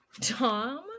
tom